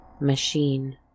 machine